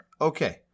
Okay